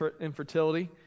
infertility